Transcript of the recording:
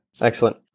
Excellent